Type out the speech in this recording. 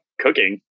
cooking